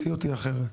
המציאות היא אחרת.